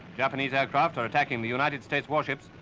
japanese aircraft are attacking the united states warships,